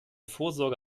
vorsorge